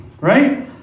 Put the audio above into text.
right